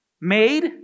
made